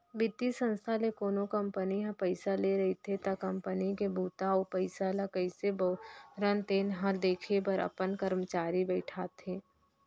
बित्तीय संस्था ले कोनो कंपनी ह पइसा ले रहिथे त कंपनी के बूता अउ पइसा ल कइसे बउरत हे तेन ल देखे बर अपन करमचारी बइठाथे